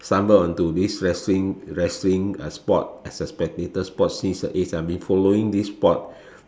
stumbled onto this wrestling wrestling uh sport as a spectator sport since is I have been following this sport